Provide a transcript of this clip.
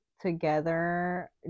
together